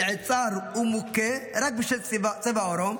נעצר ומוכה רק בשל צבע עורו,